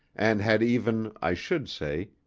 and had even, i should say,